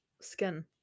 skin